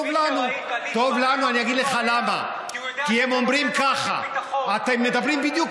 טוב לנו, כי הוא יודע שאתה נותן לו רשת ביטחון.